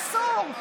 אסור.